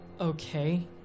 Okay